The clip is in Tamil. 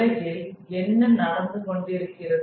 உலகில் என்ன நடந்து கொண்டிருக்கிறது